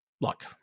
Look